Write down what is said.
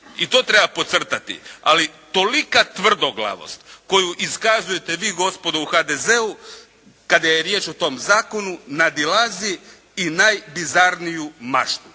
I to treba podcrtati. Ali tolika tvrdoglavost koju iskazujete vi gospodo u HDZ-u kada je riječ o tom zakonu nadilazi i najbizarniju maštu.